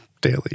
daily